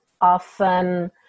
often